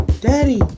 Daddy